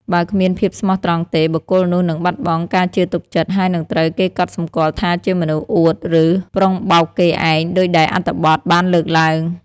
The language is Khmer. បើគ្មានភាពស្មោះត្រង់ទេ បុគ្គលនោះនឹងបាត់បង់ការជឿទុកចិត្ត ហើយនឹងត្រូវគេកត់សម្គាល់ថាជាមនុស្ស អួត ឬ ប្រុងបោកគេឯង ដូចដែលអត្ថបទបានលើកឡើង។